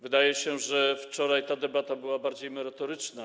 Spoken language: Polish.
Wydaje się, że wczoraj ta debata była bardziej merytoryczna.